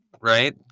right